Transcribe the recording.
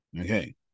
Okay